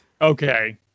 Okay